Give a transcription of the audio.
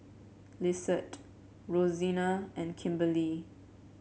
Lissette Rosena and Kimberley